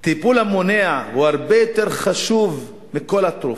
הטיפול המונע הוא הרבה יותר חשוב מכל התרופות.